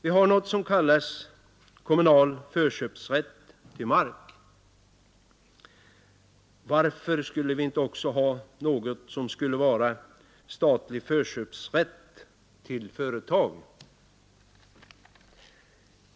Vi har något som kallas kommunal förköpsrätt till mark. Varför skulle vi inte också kunna ha något sådant som statlig förköpsrätt till företag?